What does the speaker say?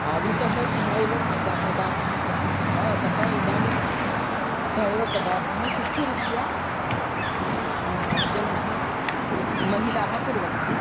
आधितः सः एव प्रदा पदार्थः प्रसिद्धः अतः इदानीमपि सः एव पदार्थः सुष्ठरीत्या जनाः महिलाः कुर्वन्ति